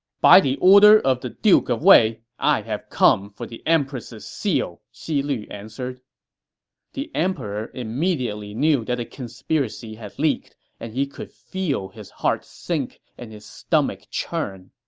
by the order of the duke of wei, i have come for the empress's seal, xi lu answered the emperor immediately knew that the conspiracy had leaked, and he could feel his heart sink and his stomach churn.